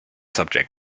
subject